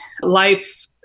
life